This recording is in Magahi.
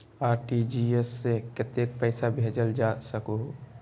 आर.टी.जी.एस से कतेक पैसा भेजल जा सकहु???